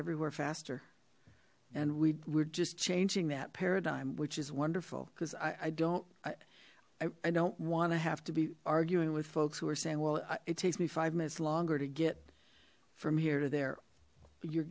everywhere faster and we were just changing that paradigm which is wonderful because i don't i don't want to have to be arguing with folks who are saying well it takes me five minutes longer to get from here to there you're